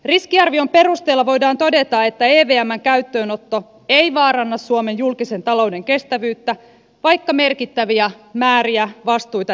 riskiarvion perusteella voidaan todeta että evmn käyttöönotto ei vaaranna suomen julkisen talouden kestävyyttä vaikka merkittäviä määriä vastuita realisoituisikin